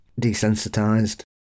desensitized